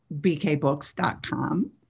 bkbooks.com